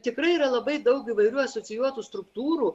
tikrai yra labai daug įvairių asocijuotų struktūrų